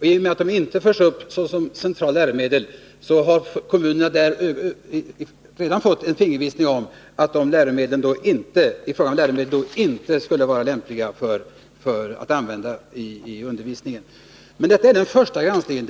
I och med att de inte förs upp som centrala läromedel har kommunerna fått en anvisning om att de läromedlen inte är lämpliga att använda i undervisningen. Men detta är alltså den första granskningen.